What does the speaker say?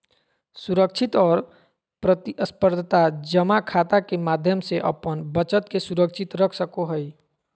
सुरक्षित और प्रतिस्परधा जमा खाता के माध्यम से अपन बचत के सुरक्षित रख सको हइ